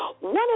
one